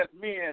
men